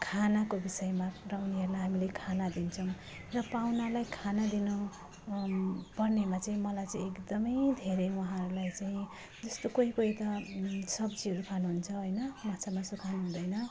खानाको विषयमा र उनीहरूलाई हामीले खाना दिन्छौँ र पाहुनालाई खाना दिनु पर्नेमा चाहिँ मलाई चाहिँ एकदमै धेरै उहाँहरूलाई चाहिँ जस्तो कोही कोही त सब्जीहरू खानुहुन्छ हैन माछा मासु खानुहुँदैन